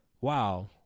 wow